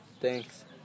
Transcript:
Thanks